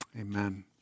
amen